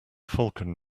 falcon